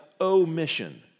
omission